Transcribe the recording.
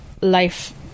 life